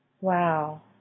Wow